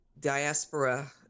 diaspora